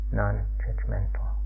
non-judgmental